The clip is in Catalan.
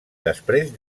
després